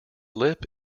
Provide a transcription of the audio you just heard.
lip